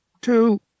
two